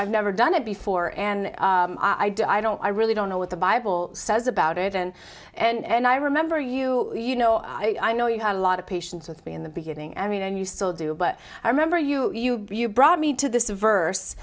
i've never done it before and i don't i don't i really don't know what the bible says about it and and i remember you you know i know you had a lot of patience with me in the beginning i mean and you still do but i remember you you brought me to this verse